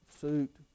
suit